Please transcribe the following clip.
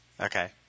Okay